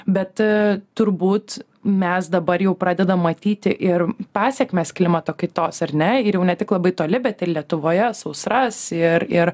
bet turbūt mes dabar jau pradedam matyti ir pasekmes klimato kaitos ar ne ir jau ne tik labai toli bet ir lietuvoje sausras ir ir